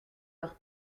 leurs